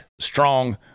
Strong